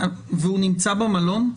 והוא נמצא במלון?